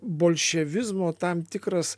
bolševizmo tam tikras